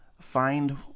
find